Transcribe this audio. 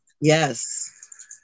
Yes